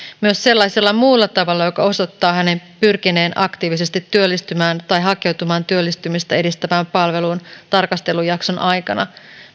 myös sellaisella muulla tavalla joka osoittaa hänen pyrkineen aktiivisesti työllistymään tai hakeutumaan työllistymistä edistävään palveluun tarkastelujakson aikana